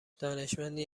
دانشمندی